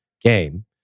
game